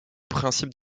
principes